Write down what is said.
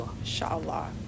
Inshallah